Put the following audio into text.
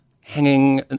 hanging